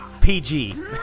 PG